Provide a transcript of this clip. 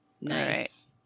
Nice